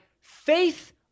faith